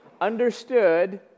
understood